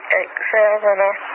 examiner